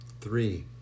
Three